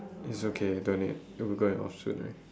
it's okay don't need we'll be going off soon already